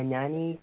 ഞാൻ ഈ